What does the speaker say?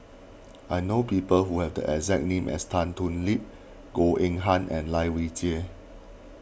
I know people who have the exact name as Tan Thoon Lip Goh Eng Han and Lai Weijie